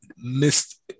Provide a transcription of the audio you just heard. Missed